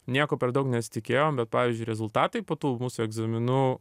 nieko per daug nesitikėjom bet pavyzdžiui rezultatai po tų mūsų egzaminų